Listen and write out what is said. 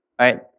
right